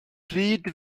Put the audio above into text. pryd